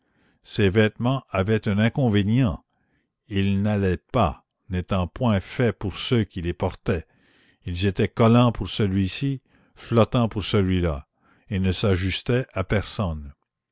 ces vêtements avaient un inconvénient ils n'allaient pas n'étant point faits pour ceux qui les portaient ils étaient collants pour celui-ci flottants pour celui-là et ne s'ajustaient à personne